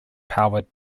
powered